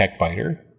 TechBiter